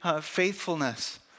faithfulness